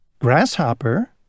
Grasshopper